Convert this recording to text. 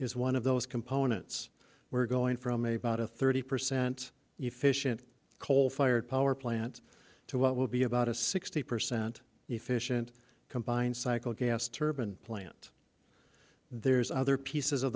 is one of those components we're going from a about a thirty percent efficient coal fired power plant to what will be about a sixty percent efficient combined cycle gas turban plant there's other pieces of